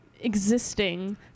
existing